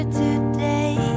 today